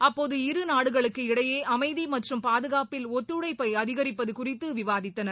அப்போது இரு நாடுகளுக்கு இடையே அமைதி மற்றும் பாதுகாப்பில் ஒத்துழைப்பை அதிகரிப்பது குறித்து விவாதித்தனர்